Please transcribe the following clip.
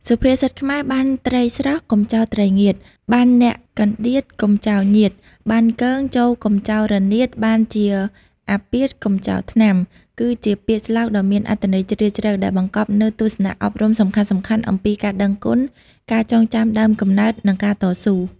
សុភាសិតខ្មែរ បានត្រីស្រស់ កុំចោលត្រីងៀត បានអ្នកកន្តៀត កុំចោលញាតិ បានគង ចូរកុំចោលរនាត បានជាអាពាធ កុំចោលថ្នាំ គឺជាពាក្យស្លោកដ៏មានអត្ថន័យជ្រាលជ្រៅ ដែលបង្កប់នូវទស្សនៈអប់រំសំខាន់ៗអំពីការដឹងគុណ ការចងចាំដើមកំណើត និងការតស៊ូ។